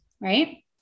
Right